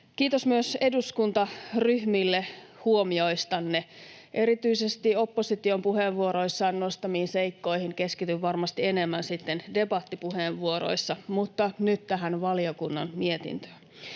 Kiitos myös eduskuntaryhmille huomioistanne. Erityisesti opposition puheenvuoroissaan nostamiin seikkoihin keskityn varmasti enemmän sitten debattipuheenvuoroissa, mutta nyt tähän valiokunnan mietintöön.